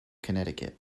connecticut